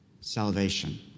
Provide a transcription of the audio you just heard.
salvation